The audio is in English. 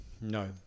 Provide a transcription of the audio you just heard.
No